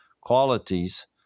qualities